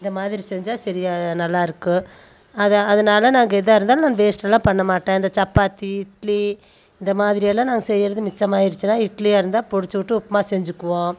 அதை மாதிரி செஞ்சால் சரியா நல்லாருக்கும் அதான் அதனால நாங்கள் எதாக இருந்தாலும் வேஸ்ட் எல்லாம் பண்ணமாட்டேன் இந்த சப்பாத்தி இட்லி இந்த மாதிரி எல்லாம் நான் செய்கிறது மிச்சம் ஆகிருச்சுனா இட்லியா இருந்தால் பிடிச்சி விட்டு உப்புமா செஞ்சிக்குவோம்